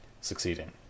succeeding